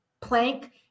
plank